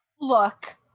Look